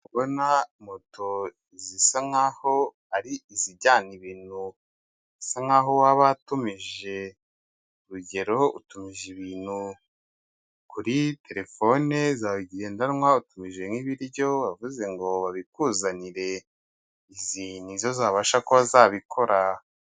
Ndi kubona moto zisa nkaho ari izijyanaye ibintu, bisa nkaho waba watumije, urugero utumije ibintu kuri telefone zawe ngendanwa utuje nk'ibiryo uravuze ngo babikuzanire, izi nizo zabasha kuba zabikora.